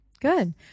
good